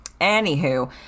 anywho